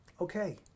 okay